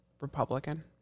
Republican